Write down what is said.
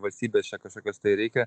valstybės čia kažkokios tai reikia